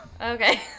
Okay